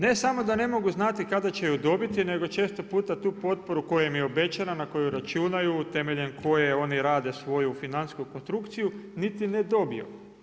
Ne samo da ne mogu znati kada će ju dobiti nego često puta tu potporu koja im je obećana, na koju računaju, temeljem koje oni rade svoju financijsku konstrukciji, niti ne dobiju.